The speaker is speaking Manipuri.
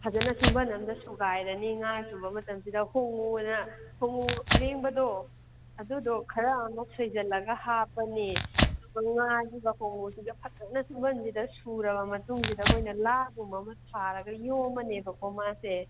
ꯐꯖꯟꯅ ꯁꯨꯝꯕꯟ ꯑꯃꯗ ꯁꯨꯒꯥꯏꯔꯅꯤ ꯉꯥ ꯁꯨꯕ ꯃꯇꯝꯁꯤꯗ ꯍꯣꯡꯉꯨꯑꯅ ꯍꯣꯡꯉꯨ ꯑꯔꯦꯡꯕꯗꯣ ꯑꯗꯨꯗꯣ ꯈꯔ ꯑꯃꯨꯛ ꯁꯣꯏꯖꯜꯂꯒ ꯍꯥꯞꯄꯅꯤ ꯑꯗꯨꯒ ꯉꯥꯁꯤꯒ ꯍꯣꯡꯉꯨꯁꯤꯒ ꯐꯖꯅ ꯁꯨꯝꯕꯟꯁꯤꯗ ꯁꯨꯔꯕ ꯃꯇꯨꯡꯁꯤꯗ ꯑꯩꯈꯣꯏꯅ ꯂꯥꯒꯨꯝꯕ ꯑꯃ ꯊꯥꯔꯒ ꯌꯣꯝꯃꯅꯦꯕꯀꯣ ꯃꯥꯁꯦ